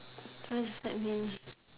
just let me